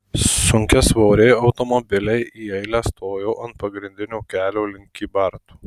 sunkiasvoriai automobiliai į eilę stojo ant pagrindinio kelio link kybartų